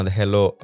hello